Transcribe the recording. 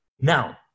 Now